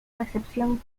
recepción